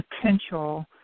potential